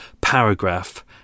paragraph